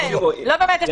יואב, יש